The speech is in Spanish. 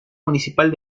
municipal